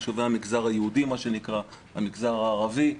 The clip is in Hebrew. יישובי המגזר היהודי והמגזר הערבי,